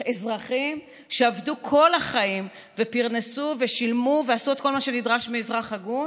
אזרחים שעבדו כל החיים ופרנסו ושילמו ועשו את כל מה שנדרש מאזרח הגון